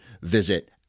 visit